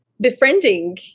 Befriending